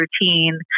routine